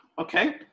Okay